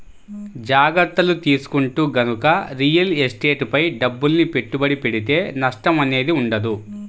జాగర్తలు తీసుకుంటూ గనక రియల్ ఎస్టేట్ పై డబ్బుల్ని పెట్టుబడి పెడితే నష్టం అనేది ఉండదు